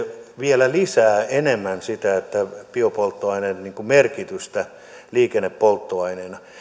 vielä lisää enemmän sitä biopolttoaineen merkitystä liikennepolttoaineena